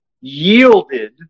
yielded